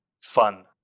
fun